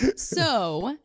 so,